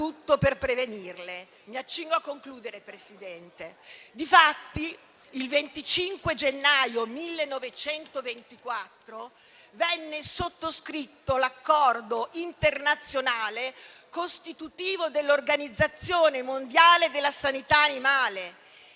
per prevenirle. Mi accingo a concludere, signor Presidente.